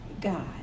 God